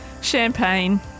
champagne